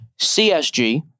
CSG